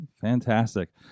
Fantastic